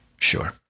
Sure